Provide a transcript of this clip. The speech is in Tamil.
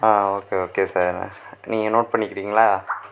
ஓகே ஓகே சார் நீங்கள் நோட் பண்ணிக்கிறீங்களா